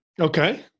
Okay